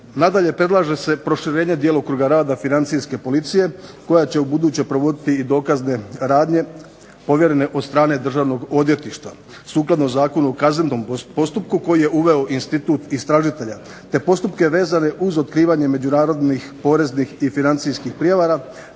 Nadalje, predlaže se proširenje djelokruga rada Financijske policije koja će ubuduće provoditi i dokazne radnje povjerene od strane Državnog odvjetništva. Sukladno Zakonu o kaznenom postupku koji je uveo institut istražitelja te postupke vezane uz otkrivanje međunarodnih poreznih i financijskih prijevara,